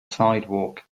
sidewalk